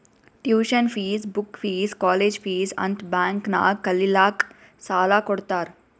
tuition fees, book fees, college fees ಅಂತ್ bank ನಾಗ್ ಕಲಿಲ್ಲಾಕ್ಕ್ ಸಾಲಾ ಕೊಡ್ತಾರ್